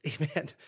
Amen